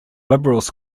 liberals